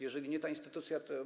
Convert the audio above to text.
Jeżeli nie ta instytucja, to.